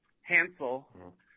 Hansel